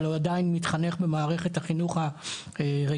אבל הוא עדיין מתחנך במערכת החינוך רגילה,